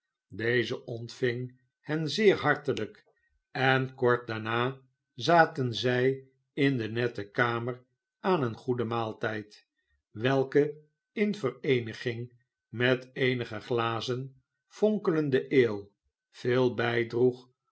deze ontving hen zeer hartelijk en kort daarna zaten zij in de nette kamer aan een goeden maaltijd welke in vereeniging met eenige glazen fonkelende ale veel bijdroeg